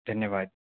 धन्यवाद